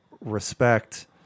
respect